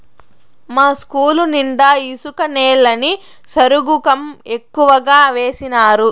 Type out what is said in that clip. మా ఇస్కూలు నిండా ఇసుక నేలని సరుగుకం ఎక్కువగా వేసినారు